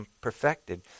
perfected